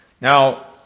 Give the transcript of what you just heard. Now